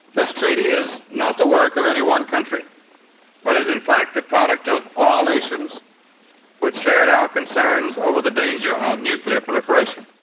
this treaty is not the work of any one country but is in fact a product of all nations which shared our concerns over the danger nuclear proliferation.